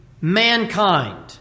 mankind